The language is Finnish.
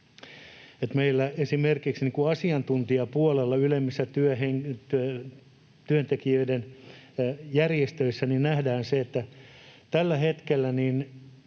että esimerkiksi asiantuntijapuolella ylemmissä työntekijöiden järjestöissä nähdään, miten tällä hetkellä